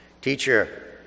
Teacher